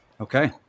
Okay